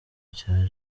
cya